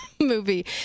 movie